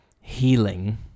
healing